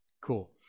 Cool